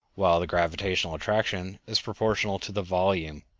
while the gravitational attraction is proportional to the volume,